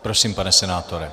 Prosím, pane senátore.